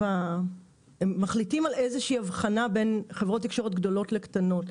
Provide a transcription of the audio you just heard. הם מחליטים על איזושהי הבחנה בין חברות תקשורת גדולות לקטנות.